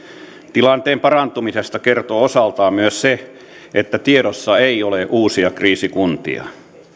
tilanteen parantumisesta kertoo osaltaan myös se että tiedossa ei ole uusia kriisikuntia